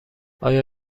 آیا